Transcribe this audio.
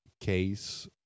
case